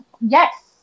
Yes